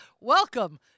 Welcome